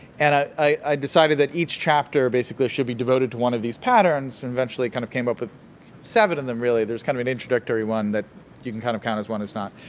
and i i decided that each chapter, basically, should be devoted to one of these patterns and eventually kind of came up with seven them really. there's kind of an introductory one that you can kind of count as one or not.